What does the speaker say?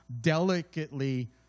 delicately